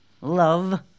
Love